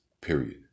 period